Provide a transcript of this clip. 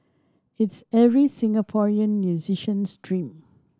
it's every Singaporean musician's dream